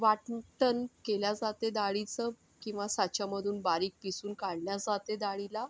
वाटण केल्या जाते डाळीचं किंवा साच्यामधून बारीक पिसून काढल्या जाते डाळीला